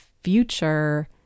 future